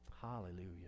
Hallelujah